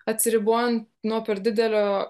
atsiribojant nuo per didelio